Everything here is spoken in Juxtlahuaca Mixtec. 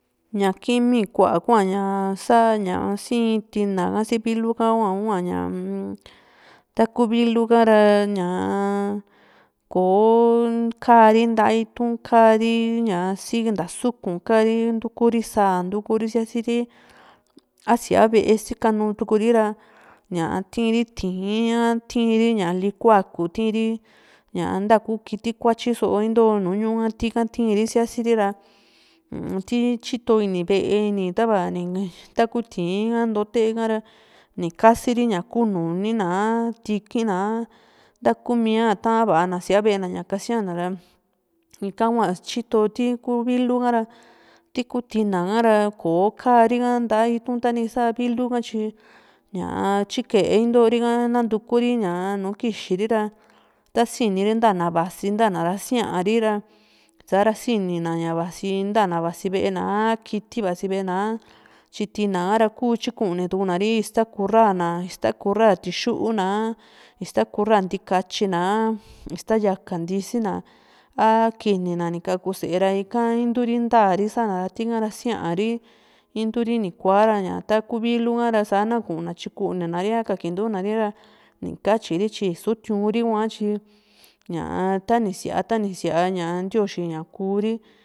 ña kimí kua hua ña sa ña sìin tina ha si vilu ka hua´hua taku vilu a´ra ñaa koo kaari nta itu´n kari ña sí nta sùku´n kari ntuku ri sáa sia´siri a síaa ve´e sika tukuri ra ña tii´n ri ti´ín ña likuaku tii´n ri ña ntaku kiti kuatyi so into nu ñu´ùyika tii´n ri sia´siri ra un ti tyito ini ve´e ini tava ni taki ti´ín ka notete ka´ra ni kasiri ña kuu nuni na a ña kuu tiki´n na ntakumía tana sía ve´e na ña kasiana ra ika hua tyito ti kuu vilu hara ti ku tina hara kò´o ka´ri ha nta itu´n tani sa vilu ka tyi ñaa tyike into ri´a nanutuku ri ñaa nu kixiri ra tasini ri ntana vasi ntanà ra síari ra sara sini na ña vasi ntana vasi ve´e na a kiti vasi ve´e na a tyi tina hara kuu tyikuni túuna ri ista kurra na ista kurra tixuu na a ista kurra ntikatyi na a ista yaka ntisi na aa kini na ni kaku sée ra ika inturi ntaa ri sa´na ra tika ra síari intu ri ni kua´ra ta ku vilu ka sana kuna tyikunina ri a kakintuna ri ni katyi ri tyi isuu tìu´n ri hua tyi ñaa tani sia tani sia ntioxi ña kuuri